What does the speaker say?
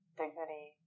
dignity